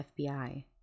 FBI